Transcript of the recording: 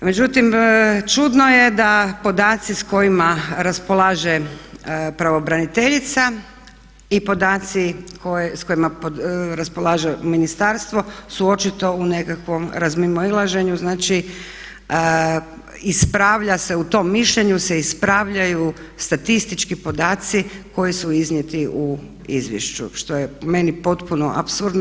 Međutim, čudno je da podaci s kojima raspolaže pravobraniteljica i podaci s kojima raspolaže ministarstvo su očito u nekakvom razmimoilaženju, znači ispravlja se, u tom mišljenju se ispravljaju statistički podaci koji su iznijeti u izvješću što je po meni potpuno apsurdno.